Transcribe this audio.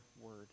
word